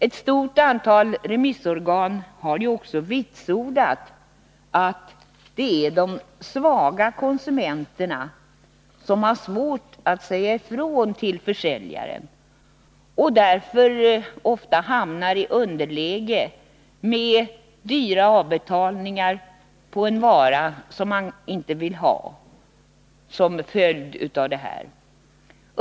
Ett stort antal remissorgan har ju också vitsordat att det är de svaga konsumenterna som har svårt att säga ifrån till försäljaren och därför hamnar i underläge med ofta dyrbara avbetalningar — på en vara de inte vill ha — som följd.